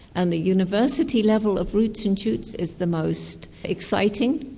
and the university level of roots and shoots is the most exciting,